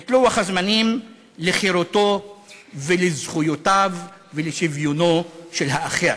את לוח הזמנים לחירותו ולזכויותיו ולשוויונו של האחר.